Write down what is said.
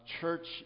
church